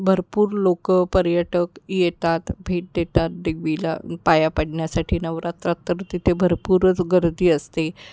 भरपूर लोकं पर्यटक येतात भेट देतात देवीला पाया पाडण्यासाठी नवरात्रात तर तिथे भरपूरच गर्दी असते